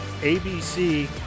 ABC